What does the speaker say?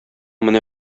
менә